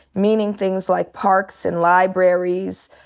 meaning things like parks and libraries.